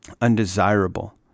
undesirable